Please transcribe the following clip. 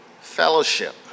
Fellowship